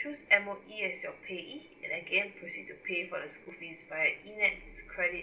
choose M_O_E as your payee and again proceed to pay for the school fees via E NETS credit